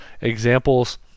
examples